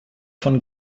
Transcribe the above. von